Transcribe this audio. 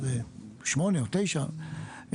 יש שמונה או תשע מהיישוב,